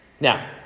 Now